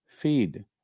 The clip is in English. feed